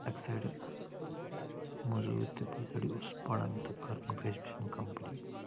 اکہِ سایڈٕ موٚضوٗرۍ تہٕ بیٚیہِ سایڈٕ اوسُس پران تہِ کٔر مےٚ گریجویشن کمپٕلیٖٹ